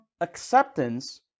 acceptance